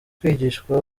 kwigishwa